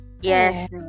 Yes